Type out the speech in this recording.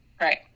Right